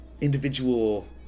individual